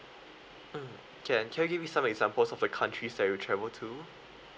mm can can you give me some examples of the countries that you travel to